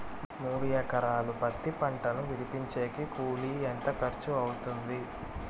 మూడు ఎకరాలు పత్తి పంటను విడిపించేకి కూలి ఎంత ఖర్చు అవుతుంది?